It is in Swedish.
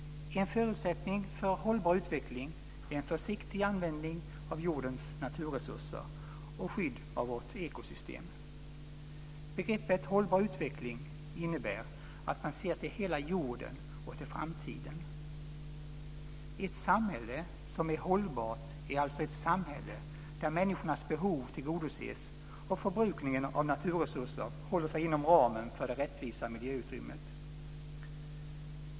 En förutsättning för en hållbar utveckling är en försiktig användning av jordens naturresurser och skydd av vårt ekosystem. Begreppet hållbar utveckling innebär att man ser till hela jorden och till framtiden. Ett samhälle som är hållbart är alltså ett samhälle där människornas behov tillgodoses och förbrukningen av naturresurser håller sig inom ramen för det rättvisa miljöutrymmet.